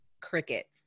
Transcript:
crickets